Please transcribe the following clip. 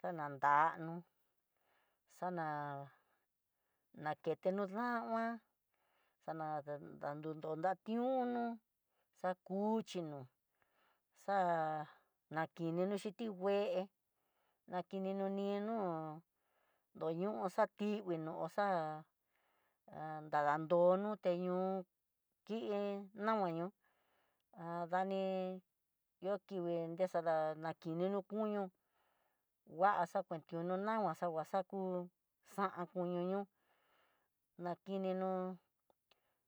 Xananda nuú xana nakeno dama, xana dandunnu niúno, xa kuxhinó xa'á nakininó xhin ti ngué'e nakino ninó koño xatikui oxa han dakandono, eño ki namaño há dani ihó kingui nexada, kini no koño va'axa na keno nama xa ngua xa ku xa'an kiño ñoo, nakinino